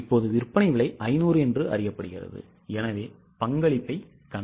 இப்போது விற்பனை விலை 500 என்று அறியப்படுகிறது எனவே பங்களிப்பைக் கணக்கிடுங்கள்